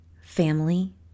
family